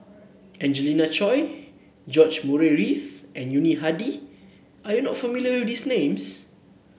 Angelina Choy George Murray Reith and Yuni Hadi are you not familiar with these names